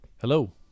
Hello